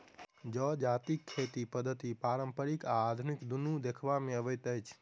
जजातिक खेती पद्धति पारंपरिक आ आधुनिक दुनू देखबा मे अबैत अछि